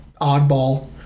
oddball